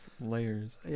layers